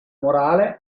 morale